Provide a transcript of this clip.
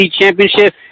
championship